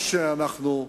אנחנו,